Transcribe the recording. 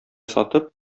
сатып